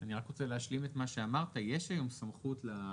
אני רק רוצה להשלים את מה שאמרת יש היום סמכות למפקחים